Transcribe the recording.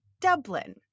Dublin